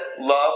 love